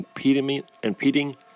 impeding